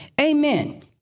Amen